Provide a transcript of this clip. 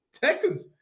Texans